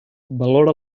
valora